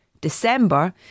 December